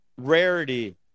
rarity